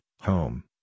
home